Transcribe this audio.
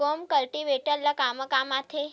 Crop cultivator ला कमा काम आथे?